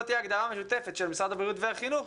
תהיה הגדרה משותפת של משרד הבריאות והחינוך,